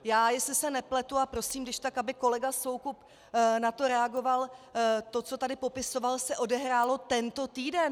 Já, jestli se nepletu, a prosím když tak, aby kolega Soukup na to reagoval, to, co tady popisoval, se odehrálo tento týden!